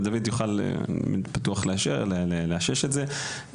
ודוד יוכל בטוח לאשש את זה,